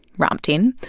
ramtin,